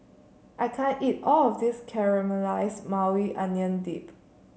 I can't eat all of this Caramelized Maui Onion Dip